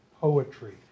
poetry